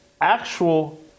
actual